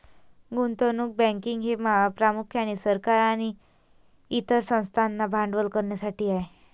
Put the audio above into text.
गुंतवणूक बँकिंग हे प्रामुख्याने सरकार आणि इतर संस्थांना भांडवल करण्यासाठी आहे